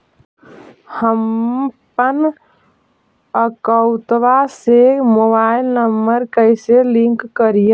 हमपन अकौउतवा से मोबाईल नंबर कैसे लिंक करैइय?